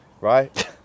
right